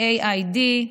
AID,